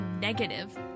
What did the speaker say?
negative